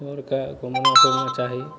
भोरके घुमना फिरना चाही